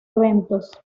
eventos